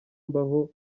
mbaho